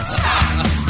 sucks